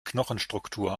knochenstruktur